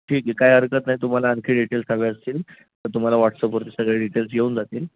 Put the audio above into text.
ठीक आहे काय हरकत नाही तुम्हाला आणखी डिटेल्स हवे असतील तर तुम्हाला व्हॉट्सअपवरती सगळे डिटेल्स येऊन जातील